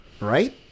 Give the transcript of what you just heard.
Right